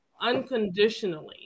unconditionally